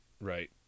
right